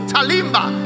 Talimba